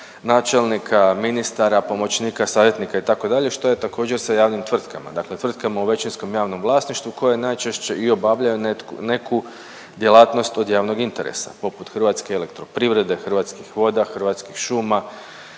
načelnika, ministara, pomoćnika, savjetnika itd., što je također sa javnim tvrtkama, dakle tvrtkama u većinskom javnom vlasništvu koje najčešće i obavljaju neku djelatnost od javnog interesa poput HEP-a, Hrvatskih voda, Hrvatskih šuma,